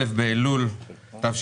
א' באלול התשפ"א,